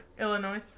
Illinois